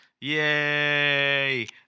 yay